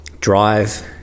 Drive